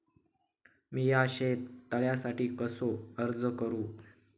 मीया शेत तळ्यासाठी कसो अर्ज करू?